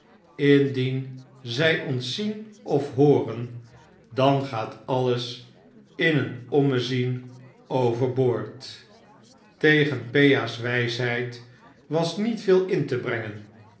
indien zy ons zien of hooren dan gaat alles in een ommezien over boord tegen pea's wijsheid was niet veel in te brengen